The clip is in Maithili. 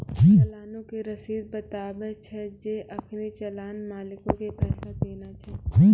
चलानो के रशीद बताबै छै जे अखनि चलान मालिको के पैसा देना छै